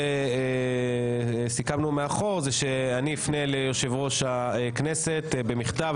שסיכמנו מאחור שאני אפנה ליושב-ראש הכנסת במכתב,